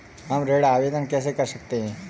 हम ऋण आवेदन कैसे कर सकते हैं?